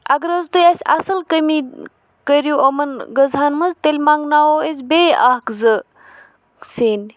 اگر حظ تُہۍ اَسہِ اَصٕل کٔمی کٔرِو یِمَن غذہَن منٛز تیٚلہِ منٛگناوَو أسۍ بیٚیہِ اَکھ زٕ سِنۍ